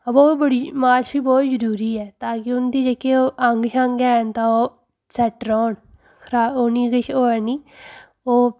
अबो बड़ी मालश बी बोह्त जरूरी ऐ ताकि उं'दी जेह्के अंग शंग हैन तां ओह् सेट रौह्न उनेंगी किश होऐ नि ओह्